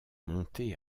montés